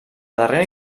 darrera